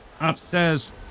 upstairs